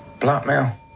Blackmail